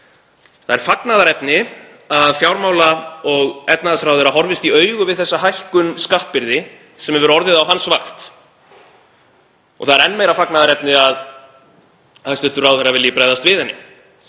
Það er fagnaðarefni að fjármála- og efnahagsráðherra horfist í augu við þessa hækkun skattbyrðar sem hefur orðið á hans vakt. Það er enn meira fagnaðarefni að hæstv. ráðherra vilji bregðast við henni.